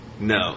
no